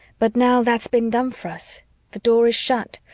but now that's been done for us the door is shut,